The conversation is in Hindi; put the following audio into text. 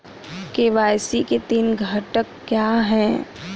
के.वाई.सी के तीन घटक क्या हैं?